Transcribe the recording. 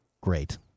Great